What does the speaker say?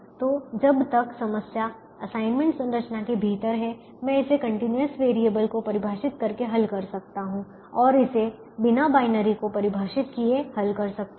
तो जब तक समस्या असाइनमेंट संरचना के भीतर है मैं इसे कंटीन्यूअस वेरिएबल को परिभाषित करके हल कर सकता हूं और इसे बिना बाइनरी को परिभाषित किए हल कर सकता हूं